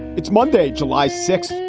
it's monday, july sixth,